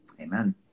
Amen